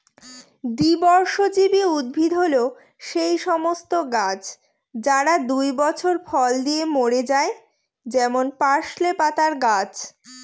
দ্বিবর্ষজীবী উদ্ভিদ হল সেই সমস্ত গাছ যারা দুই বছর ফল দিয়ে মরে যায় যেমন পার্সলে পাতার গাছ